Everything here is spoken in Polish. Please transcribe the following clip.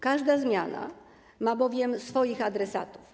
Każda zmiana ma bowiem swoich adresatów.